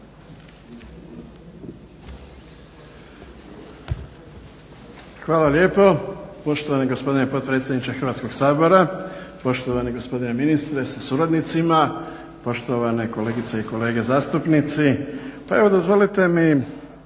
Hvala lijepo poštovani potpredsjedniče Hrvatskog sabora, poštovani gospodine ministre sa suradnicima, poštovani kolegice i kolege zastupnici. Pa evo dozvolite mi